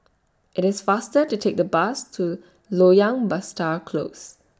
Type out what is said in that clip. IT IS faster to Take The Bus to Loyang Besar Close